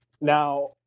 Now